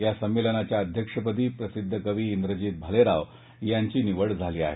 या संमेलनाच्या अध्यक्षपदी प्रसिद्ध कवी इंद्रजित भालेराव यांची निवड झाली आहे